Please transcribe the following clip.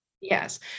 Yes